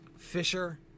Fisher